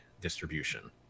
distribution